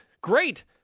great